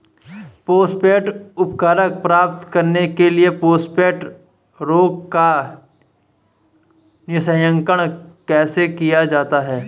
Phosphate उर्वरक प्राप्त करने के लिए फॉस्फेट रॉक का निष्कर्षण कैसे किया जाता है?